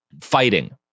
fighting